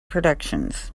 productions